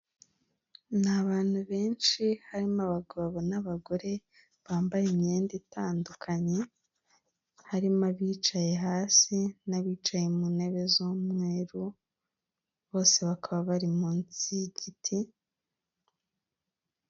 Ni abantu benshi harimo abagabo n'abagore bambaye imyenda itandukanye harimo abicaye hasi n'abicaye mu ntebe z'umweru bose bakaba bari munsi y'igiti.